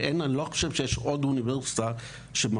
ואני לא חושב שיש עוד אוניברסיטה שמחזיקה